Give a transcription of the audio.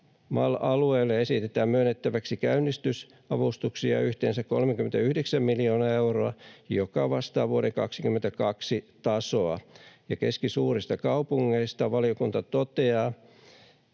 MAL-alueille esitetään myönnettäväksi käynnistysavustuksia yhteensä 39 miljoonaa euroa, joka vastaa vuoden 22 tasoa. Keskisuurista kaupungeista valiokunta korostaa,